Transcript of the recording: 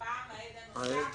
פעם העד הנוסף.